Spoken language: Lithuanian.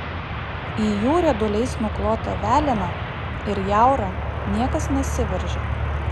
į jų rieduliais nuklotą velėną ir jaurą niekas nesiveržia